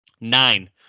Nine